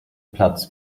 platz